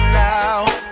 now